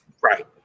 right